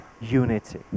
unity